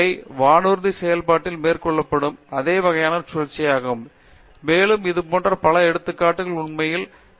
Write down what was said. அவை வானூர்தி செயல்பாட்டில் மேற்கொள்ளப்படும் அதே வகையான சுழற்சிகளாகும் மேலும் இதுபோன்ற பல எடுத்துக்காட்டுகள் உண்மையில் நிலப்பரப்பு பயன்பாடுகள்